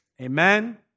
Amen